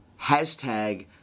hashtag